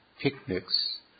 picnics